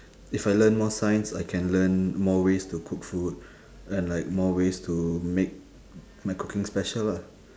if I learn more science I can learn more ways to cook food and like more ways to make my cooking special lah